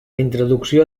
introducció